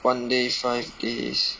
one day five days